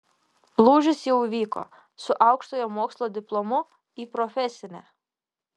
lūžis jau įvyko su aukštojo mokslo diplomu į profesinę